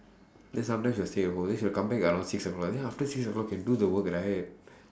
then sometime she will stay at home then she will come back at around six o'clock then after six o'clock can do the work right